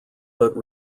but